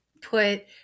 put